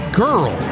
girl